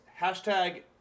hashtag